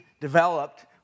developed